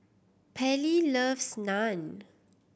Pairlee loves Naan